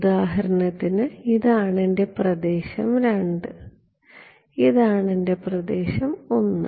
ഉദാഹരണത്തിന് ഇതാണ് എന്റെ പ്രദേശം II ഇതാണ് എന്റെ പ്രദേശം I